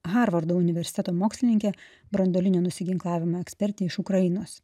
harvardo universiteto mokslininkė branduolinio nusiginklavimo ekspertė iš ukrainos